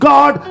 God